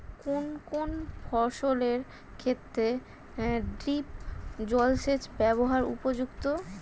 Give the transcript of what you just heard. কোন কোন ফসলের ক্ষেত্রে ড্রিপ জলসেচ ব্যবস্থা উপযুক্ত?